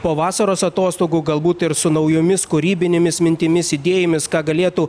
po vasaros atostogų galbūt ir su naujomis kūrybinėmis mintimis idėjomis ką galėtų